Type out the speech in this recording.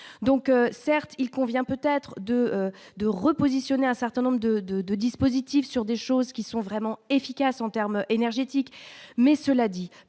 donc certes il convient peut-être de de repositionner un certain nombre de, de, de dispositifs sur des choses qui sont vraiment efficaces en terme énergétique mais cela dit,